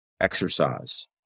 exercise